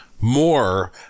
more